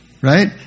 right